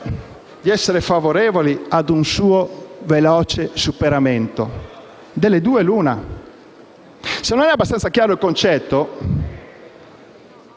di essere favorevoli a un suo veloce superamento. Delle due l'una e, se non è abbastanza chiaro il concetto,